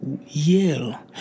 yell